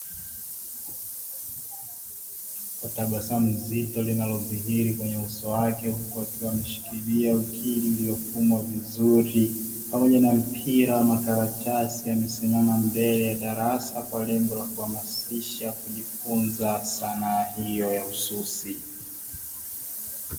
Tabasamu zito linadhihiri kwenye uso wake huku akiwa ameshikilia ukili uliofumwa vizuri pamoja na mpira wa makaratasi yamesimama mbele ya darasa Kwa lengo la kuhamasisha kujifunza sanaa hiyo ya ususi.